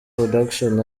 production